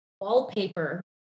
wallpaper